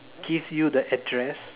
gives you the address